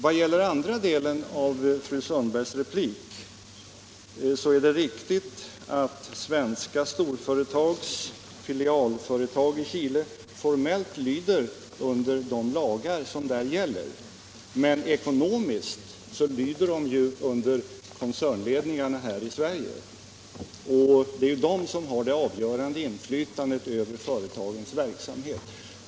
Vad gäller den andra delen av fru Sundbergs replik så är det riktigt att svenska storföretags filialföretag i Chile formellt lyder under de lagar som gäller där. Men ekonomiskt lyder de under koncernledningarna här i Sverige. Det är de som har det avgörande inflytandet över företagens verksamhet.